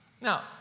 Now